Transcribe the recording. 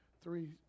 three